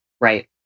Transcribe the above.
Right